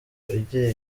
igira